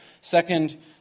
second